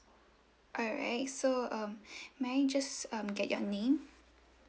alright so um may I just um get your name